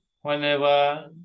Whenever